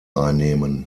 einnehmen